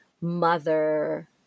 mother